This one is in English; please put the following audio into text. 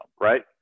right